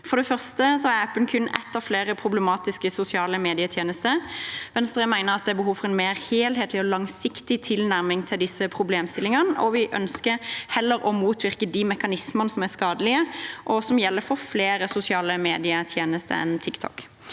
For det første er appen kun en av flere problematiske sosiale medietjenester. Venstre mener at det er behov for en mer helhetlig og langsiktig tilnærming til disse problemstillingene, og vi ønsker heller å motvirke de mekanismene som er skadelige, og som gjelder for flere sosiale medietjenester enn TikTok.